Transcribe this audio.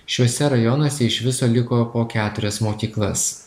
šiuose rajonuose iš viso liko po keturias mokyklas